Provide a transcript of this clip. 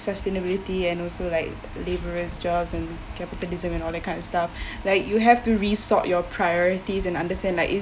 sustainability and also like labourers jobs and capitalism and all that kind of stuff like you have to resort your priorities and understand like